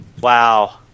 Wow